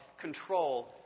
control